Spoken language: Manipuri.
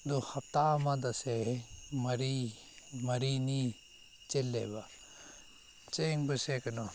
ꯑꯗꯣ ꯍꯞꯇꯥ ꯑꯃꯗ ꯁꯦ ꯃꯔꯤ ꯃꯔꯤꯅꯤ ꯆꯦꯜꯂꯦꯕ ꯆꯦꯟꯕꯁꯦ ꯀꯩꯅꯣ